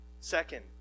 second